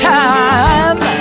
time